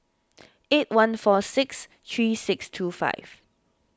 eight one four six three six two five